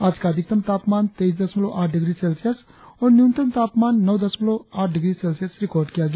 आज का अधिकतम तापमान तेईस दशमलव आठ डिग्री सेल्सियस और न्यूनतम तापमान नौ दशमलव आठ डिग्री सेल्सियस रिकार्ड किया गया